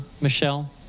Michelle